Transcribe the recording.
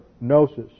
gnosis